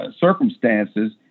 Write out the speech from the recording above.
circumstances